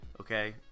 okay